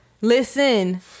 listen